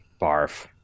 Barf